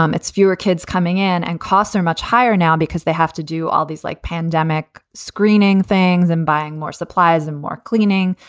um it's fewer kids coming in and costs are much higher now because they have to do all these like pandemic screening things and buying more supplies and more cleaning.